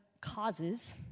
causes